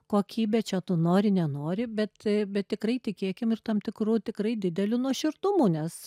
kokybę čia tu nori nenori bet bet tikrai tikėkim ir tam tikru tikrai dideliu nuoširdumu nes